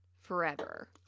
forever